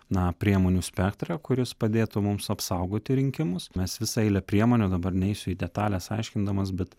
na priemonių spektrą kuris padėtų mums apsaugoti rinkimus mes visą eilę priemonių dabar neisiu į detales aiškindamas bet